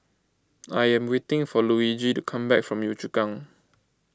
I am waiting for Luigi to come back from Yio Chu Kang